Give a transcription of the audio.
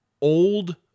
old